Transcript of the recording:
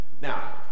Now